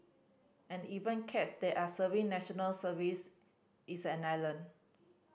and even cats they are serving National Service its an island